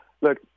look